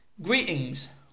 Greetings